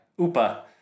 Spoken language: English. Upa